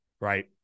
right